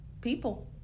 people